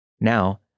Now